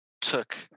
took